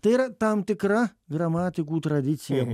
tai yra tam tikra gramatikų tradicija